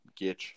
Gitch